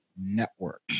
Network